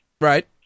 Right